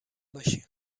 باشیم